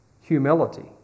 humility